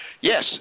yes